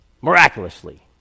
miraculously